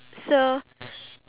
ya